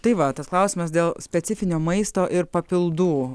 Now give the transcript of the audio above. tai va tas klausimas dėl specifinio maisto ir papildų